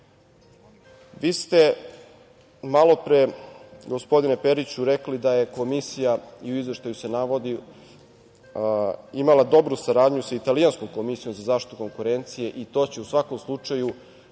ste, malopre, gospodine Periću, rekli da je Komisija i u izveštaju se navodi, imala dobru saradnju sa Italijanskom komisijom za zaštitu konkurencije i to će u svakom slučaju,